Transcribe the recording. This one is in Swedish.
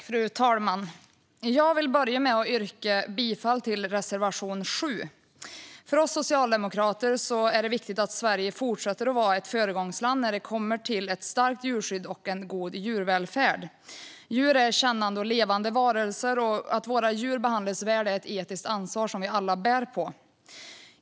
Fru talman! Jag vill börja med att yrka bifall till reservation 7. För oss socialdemokrater är det viktigt att Sverige fortsätter att vara ett föregångsland när det kommer till ett starkt djurskydd och en god djurvälfärd. Djur är kännande och levande varelser, och att våra djur behandlas väl är ett etiskt ansvar som vi alla bär på.